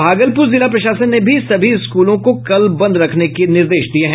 भागलपुर जिला प्रशासन ने भी सभी स्कूलों को कल बंद रखने के निर्देश दिये हैं